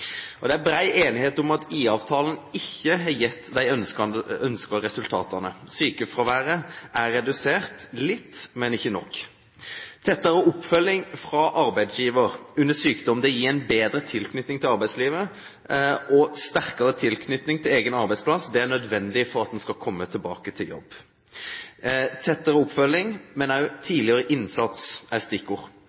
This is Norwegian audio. Det er bred enighet om at IA-avtalen ikke har gitt de ønskede resultatene. Sykefraværet er redusert litt, men ikke nok. Tettere oppfølging fra arbeidsgiver under sykdom gir en bedre tilknytning til arbeidslivet, og sterkere tilknytning til egen arbeidsplass er nødvendig for at man skal komme tilbake til jobb. «Tettere oppfølging», men også «tidligere innsats» er stikkord.